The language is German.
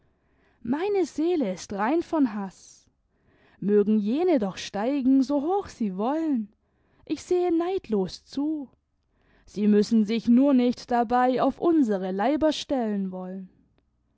meine seele ist rein von haß mögen jene doch steigen so hoch sie wollen ich sehe neidlos zu sie müssen sich nur nicht dabei auf unsere leiber stellen wollen